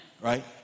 right